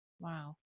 Wow